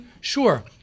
Sure